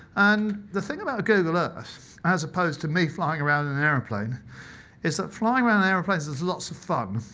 and the thing about google earth as opposed to me flying around in an airplane is ah flying around in airplanes is lots of fun,